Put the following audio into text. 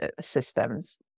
systems